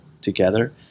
together